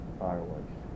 fireworks